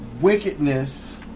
wickedness